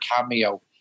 cameo